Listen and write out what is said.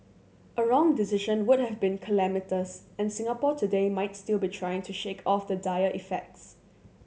a wrong decision would have been calamitous and Singapore today might still be trying to shake off the dire effects